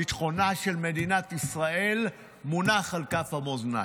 ביטחונה של מדינת ישראל מונח על כף המאזניים.